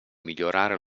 migliorare